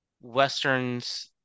Westerns